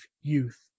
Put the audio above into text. youth